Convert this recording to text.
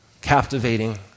captivating